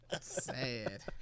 Sad